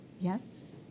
Yes